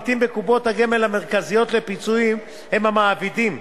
העמיתים בקופות המרכזיות לפיצויים הם המעבידים,